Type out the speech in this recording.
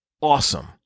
awesome